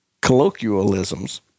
colloquialisms